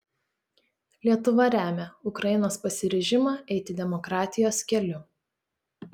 lietuva remia ukrainos pasiryžimą eiti demokratijos keliu